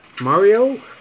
Mario